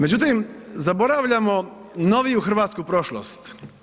Međutim, zaboravljamo noviju hrvatsku prošlost.